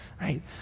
right